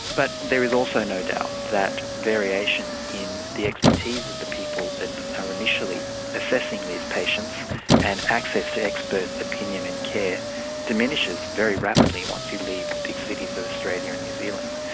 but there is also no doubt that variation in the expertise of the people that are initially assessing these patients and access to expert opinion and care diminishes very rapidly once you leave the big cities of australia and new zealand.